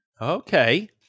Okay